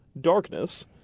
darkness